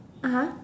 (uh huh)